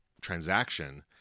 transaction